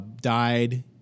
died